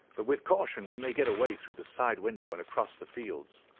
but with caution we may get away through the side window and across the fields.